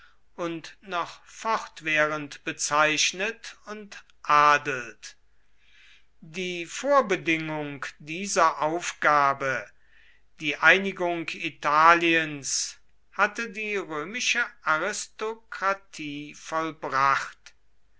und noch fortwährend bezeichnet und adelt die vorbedingung dieser aufgabe die einigung italiens hatte die römische aristokratie vollbracht